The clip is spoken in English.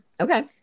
Okay